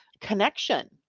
connection